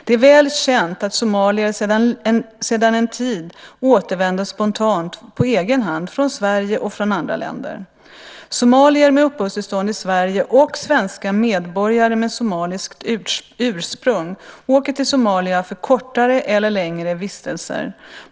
Det är väl känt att somalier sedan en tid återvänder spontant på egen hand från Sverige och andra länder. Somalier med uppehållstillstånd i Sverige och svenska medborgare med somaliskt ursprung åker till Somalia för kortare eller längre vistelser.